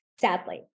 sadly